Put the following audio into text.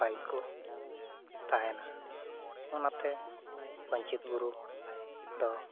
ᱱᱟᱯᱟᱭᱠᱚ ᱛᱟᱦᱮᱱᱟ ᱚᱱᱟᱛᱮ ᱯᱟᱹᱧᱪᱮᱛ ᱵᱩᱨᱩ ᱫᱚ